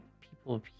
people